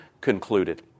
concluded